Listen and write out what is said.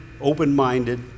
open-minded